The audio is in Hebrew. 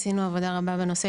עשינו עבודה רבה בנושא,